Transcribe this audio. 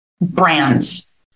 brands